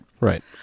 Right